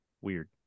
Weird